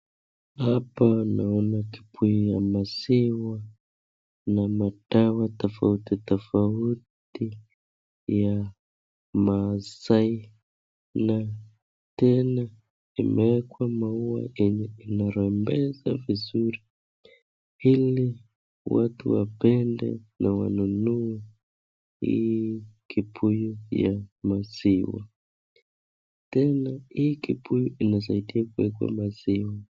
hapa naona kibuyu ya maziwa na madawa tofauti tofauti ya masai na tena imeekwa maua yenye inarembesha vizuri ili watu wapende na wanunue hii kibuyu ya maziwa. Tena hii kibuyu inasaidia kuweka maziwa